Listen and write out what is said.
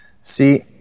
See